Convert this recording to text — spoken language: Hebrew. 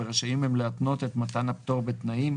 ורשאים הם להתנות את מתן הפטור בתנאים,